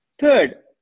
Third